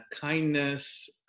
kindness